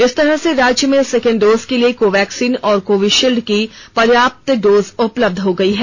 इस तरह से राज्य में सेकेंड डोज के लिए कोवैक्सीन और कोविशील्ड की पर्याप्त डोज उपलब्ध हो गयी है